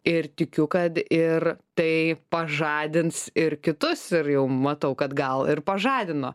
ir tikiu kad ir tai pažadins ir kitus ir jau matau kad gal ir pažadino